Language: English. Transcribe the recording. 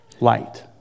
light